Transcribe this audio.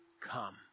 come